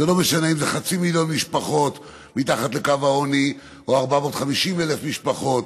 זה לא משנה אם זה חצי מיליון משפחות מתחת לקו העוני או 450,000 משפחות,